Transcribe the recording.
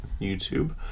YouTube